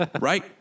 Right